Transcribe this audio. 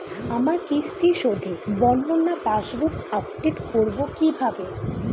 আমার কিস্তি শোধে বর্ণনা পাসবুক আপডেট করব কিভাবে?